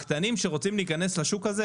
הקטנים שרוצים להיכנס לשוק הזה,